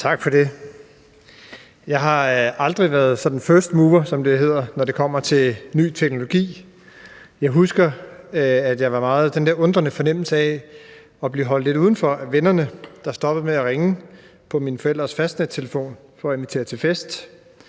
Tak for det. Jeg har aldrig været first mover, som det hedder, når det kommer til ny teknologi. Jeg husker den der undrende fornemmelse af at blive holdt lidt udenfor af vennerne, der stoppede med at ringe på mine forældres fastnettelefon for at invitere til fest,